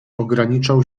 ograniczał